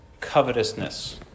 covetousness